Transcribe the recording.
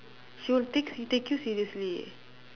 she'll take take you seriously